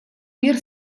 мир